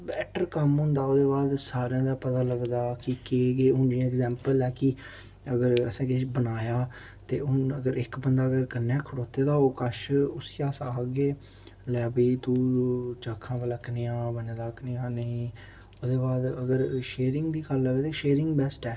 better कम्म होंदा ओह्दे बाद सारें दे पता लगदा कि केह् केह् हून जियां अग्जैंपल ऐ कि अगर असें किश बनाया ते हून अगर इक बंदा कन्नै खड़ोते दा होग कच्छ उसी अस आखगे लै भई तूं चक्ख हां भलां कनेहा बने दा कनेहा नेईं ओह्दे बाद अगर शेयरिंग दी गल्ल आवा तां शेयरिंग बैस्ट ऐ